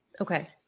Okay